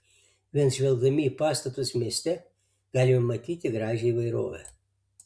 vien žvelgdami į pastatus mieste galime matyti gražią įvairovę